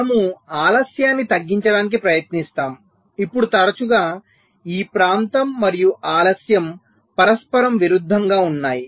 మనము ఆలస్యాన్ని తగ్గించడానికి ప్రయత్నిస్తాము ఇప్పుడు తరచుగా ఈ ప్రాంతం మరియు ఆలస్యం పరస్పరం విరుద్ధంగా ఉన్నాయి